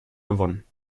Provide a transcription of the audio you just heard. gewonnen